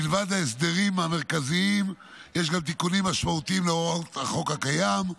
מלבד ההסדרים המרכזיים יש גם תיקונים משמעותיים להוראות החוק הקיים,